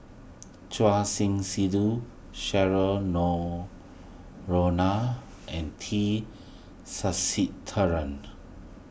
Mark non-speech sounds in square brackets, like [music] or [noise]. Choor Singh Sidhu [unintelligible] and T Sasitharan